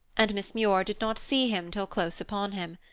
and miss muir did not see him till close upon him.